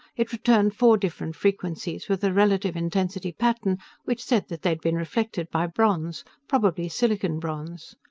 it returned four different frequencies with a relative-intensity pattern which said that they'd been reflected by bronze probably silicon bronze.